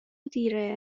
دیره